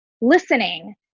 listening